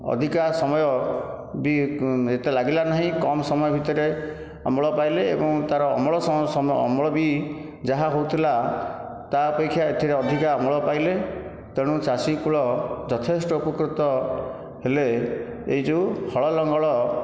ଅଧିକା ସମୟ ବି ଏତେ ଲାଗିଲା ନାହିଁ କମ୍ ସମୟ ଭିତରେ ଅମଳ ପାଇଲେ ଏବଂ ତାର ଅମଳ ସମୟ ଅମଳ ବି ଯାହା ହେଉଥିଲା ତା ଅପେକ୍ଷା ଏଥିରେ ଅଧିକ ଅମଳ ପାଇଲେ ତେଣୁ ଚାଷୀ କୁଳ ଯଥେଷ୍ଟ ଉପକୃତ ହେଲେ ଏହି ଯେଉଁ ହଳ ଲଙ୍ଗଳ